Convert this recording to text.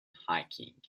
hiking